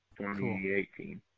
2018